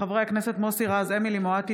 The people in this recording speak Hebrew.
מאת חבר הכנסת אופיר כץ,